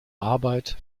arbeit